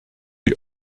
die